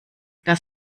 das